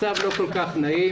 מצב לא כל כך נעים.